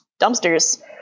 dumpsters